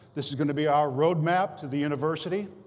this is going to be our roadmap to the university.